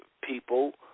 people